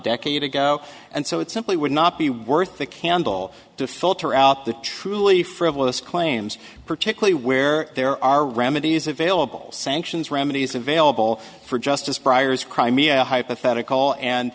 decade ago and so it simply would not be worth the candle to filter out the truly frivolous claims particularly where there are remedies available sanctions remedies available for justice briar's crimea hypothetical and